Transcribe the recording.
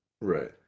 Right